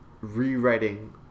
rewriting